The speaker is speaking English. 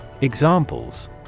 Examples